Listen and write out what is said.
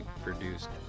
produced